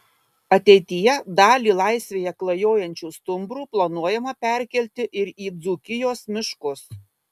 ateityje dalį laisvėje klajojančių stumbrų planuojama perkelti ir į dzūkijos miškus